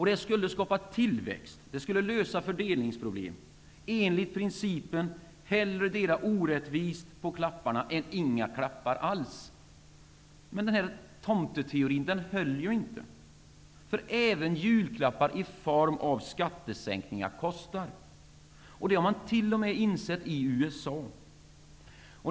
Det skulle skapa tillväxt och lösa fördelningsproblem, enligt principen hellre dela orättvist på klapparna än inga klappar alls. Men denna tomteteori höll inte. Även julklappar i form av skattesänkningar kostar. Detta har man insett t.o.m. i USA.